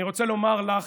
אני רוצה לומר לך,